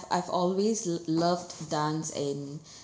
I've always l~ loved dance and